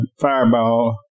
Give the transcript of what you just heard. fireball